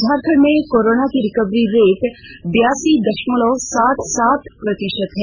झारखंड में कोरोना की recovery rate बयासी दशमलव सात सात प्रतिशत है